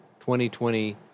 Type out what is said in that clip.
2020